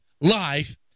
Life